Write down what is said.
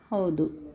ಹೌದು